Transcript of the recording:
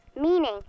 meaning